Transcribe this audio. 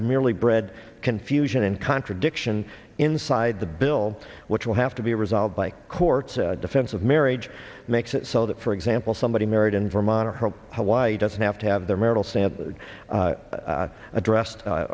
merely bred confusion and contradiction inside the bill which will have to be resolved by courts defense of marriage makes it so that for example somebody married in vermont or hope hawaii doesn't have to have their marital san addressed